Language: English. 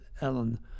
ellen